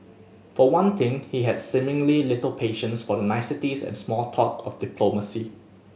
for one thing he had seemingly little patience for the niceties and small talk of diplomacy